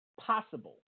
possible